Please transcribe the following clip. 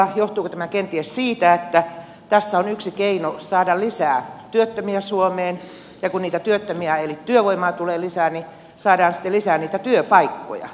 johtuuko tämä kenties siitä että tässä on yksi keino saada lisää työttömiä suomeen ja kun niitä työttömiä eli työvoimaa tulee lisää niin saadaan sitten lisää niitä työpaikkoja